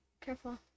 Careful